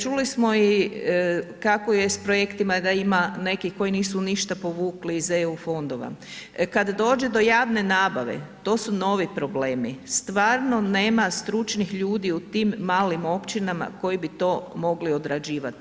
Čuli smo i kako je s projektima da ima nekih koji nisu ništa povukli iz EU fondova, kad dođe do javne nabave to su novi problemi, stvarno nema stručnih ljudi u tim malim općinama koji bi to mogli odrađivati.